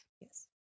Yes